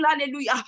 hallelujah